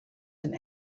and